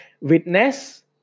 Witness